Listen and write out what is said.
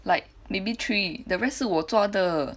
like maybe three the rest 是我抓的